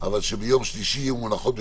ובמישור המדיניות מוסמכת הממשלה לקבל